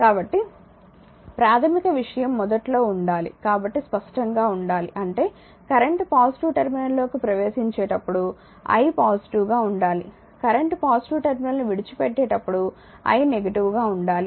కాబట్టి ప్రాథమిక విషయం మొదట్లో ఉండాలి కాబట్టి స్పష్టంగా ఉండాలి అంటేకరెంట్ పాజిటివ్ టెర్మినల్లోకి ప్రవేశించేటప్పుడు i పాజిటివ్గా ఉండాలి కరెంట్ పాజిటివ్ టెర్మినల్ను విడిచిపెట్టినప్పుడు i నెగిటివ్గా ఉండాలి